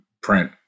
print